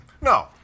No